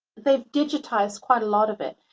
they've digitized quite a lot of it.